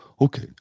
Okay